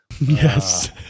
Yes